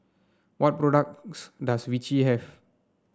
what products does Vichy have